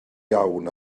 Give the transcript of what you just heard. iawn